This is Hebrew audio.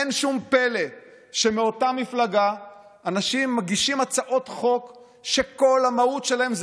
אין שום פלא שמאותה מפלגה אנשים מגישים הצעות חוק שכל המהות שלהן היא